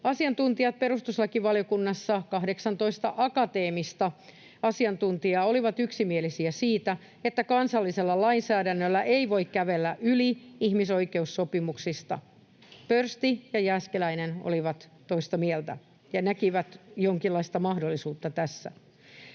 Asiantuntijat perustuslakivaliokunnassa, 18 akateemista asiantuntijaa, olivat yksimielisiä siitä, että kansallisella lainsäädännöllä ei voi kävellä yli ihmisoikeussopimuksista. Pörsti ja Jääskeläinen olivat toista mieltä ja näkivät jonkinlaista mahdollisuutta tässä.